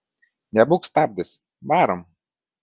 nebūk stabdis varom